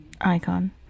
icon